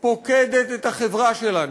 פוקדת את החברה שלנו.